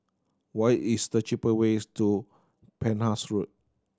what is the cheap ways to Penhas Road